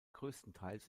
größtenteils